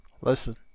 Listen